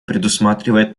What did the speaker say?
предусматривает